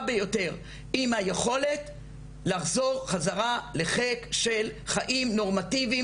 ביותר עם היכולת לחזור חזרה לחיק של חיים נורמטיביים,